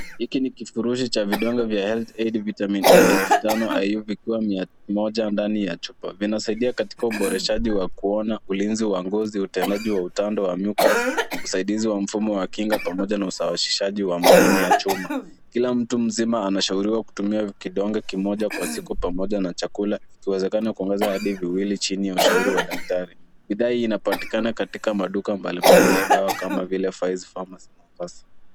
Hiki ni kifurushi cha vidonge vya Health Aid Vitamin A 5000iu zikiwa mia moja ndani ya chupa. Vinasaidia katika uboreshaji wa kuona, ulinzi wa ngozi, utendaji wa utando wa mucus usaidizi wa mfumo wa kinga, pamoja na usawazishaji wa madini ya chuma. Kila mtu mzima anashauriwa kutumia kidonge kimoja kwa siku pamoja na chakula, ikiwezekana kuongeza hadi viwili chini ya ushauri wa daktari. Bidhaa hii inapatikana katika maduka mbalimbali ya dawa kama vile pharmacy .